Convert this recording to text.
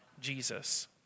Jesus